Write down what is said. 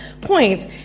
points